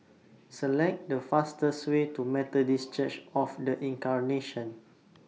Select The fastest Way to Methodist Church of The Incarnation